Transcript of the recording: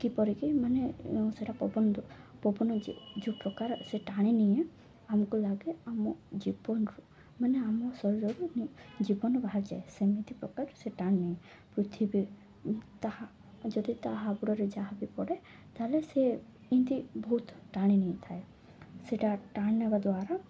କିପରିକି ମାନେ ସେଟା ପବନ ପବନ ଯେଉଁ ପ୍ରକାର ସେ ଟାଣି ନିଏ ଆମକୁ ଲାଗେ ଆମ ଜୀବନରୁ ମାନେ ଆମ ଶରୀରରୁ ଜୀବନ ବାହାରିଯାଏ ସେମିତି ପ୍ରକାର ସେ ଟାଣି ନିଏ ପୃଥିବୀ ତାହା ଯଦି ତାହା ହାବୁଡ଼ରେ ଯାହା ବିି ପଡ଼େ ତାହେଲେ ସେ ଏମିତି ବହୁତ ଟାଣି ନେଇଥାଏ ସେଟା ଟାଣି ନେବା ଦ୍ୱାରା